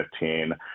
2015